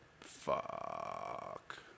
Fuck